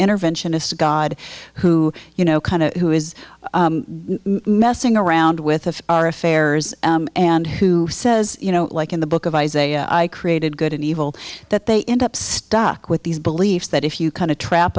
interventionist god who you know kind of who is messing around with of our affairs and who says you know like in the book of isaiah i created good and evil that they end up stuck with these beliefs that if you kind of trap